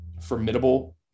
formidable